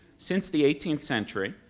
since the eighteenth century,